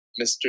Mr